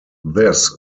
this